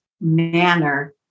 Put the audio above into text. manner